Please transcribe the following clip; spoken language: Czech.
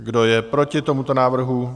Kdo je proti tomuto návrhu?